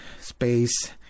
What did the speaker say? space